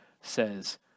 says